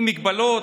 עם מגבלות,